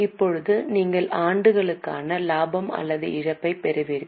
இப்போது நீங்கள் ஆண்டுக்கான லாபம் அல்லது இழப்பைப் பெறுவீர்கள்